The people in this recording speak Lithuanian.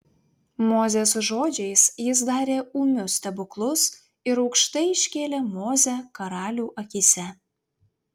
mozės žodžiais jis darė ūmius stebuklus ir aukštai iškėlė mozę karalių akyse